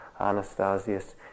Anastasius